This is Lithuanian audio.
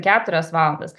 keturias valandas